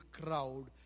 crowd